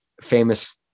famous